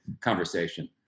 conversation